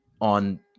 on